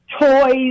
toys